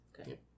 okay